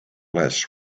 less